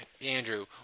Andrew